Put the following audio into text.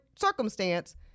circumstance